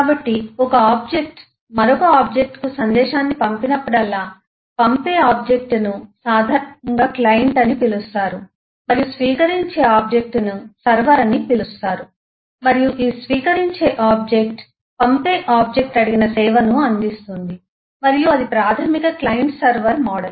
కాబట్టి ఒక ఆబ్జెక్ట్ మరొక ఆబ్జెక్ట్ కు సందేశాన్ని పంపినప్పుడల్లా పంపే ఆబ్జెక్ట్ ను సాధారణంగా క్లయింట్ అని పిలుస్తారు మరియు స్వీకరించే ఆబ్జెక్ట్ ను సర్వర్ అని పిలుస్తారు మరియు ఈ స్వీకరించే ఆబ్జెక్ట్ పంపే ఆబ్జెక్ట్ అడిగిన సేవను అందిస్తుంది మరియు అది ప్రాథమిక క్లయింట్ సర్వర్ మోడల్